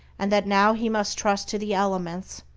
and that now he must trust to the elements,